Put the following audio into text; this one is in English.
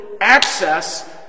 access